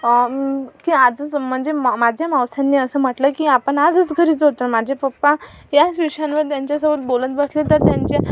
की आजच म्हणजे माझ्या मावसांनी असं म्हटलं की आपण आजच घरी जाऊ तर माझे पप्पा याच विषयांवर त्यांच्यासोबत बोलत बसले तर त्यांच्या